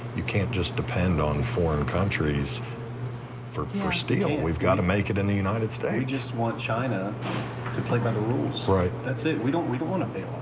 you can't just depend on foreign countries for, for steel. we've got to make it in the united states. we just want china to play by the rules. right. that's it. we don't, we don't want a bailout.